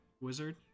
wizard